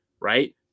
right